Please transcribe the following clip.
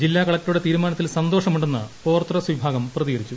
ജില്ലാ കളക്ടറുടെ തീരുമാനത്തിൽ സന്തോഷമുണ്ടെന്ന ഓർത്തഡോക്സ് വിഭാഗം പ്രതികരിച്ചു